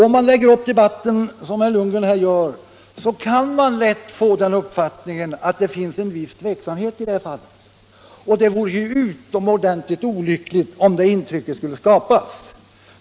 Om man lägger upp debatten på det sätt som herr Lundgren här gör, kan man lätt ge intrycket att det finns viss tveksamhet i det fallet, och det vore utomordentligt olyckligt om ett sådant intryck skulle skapas.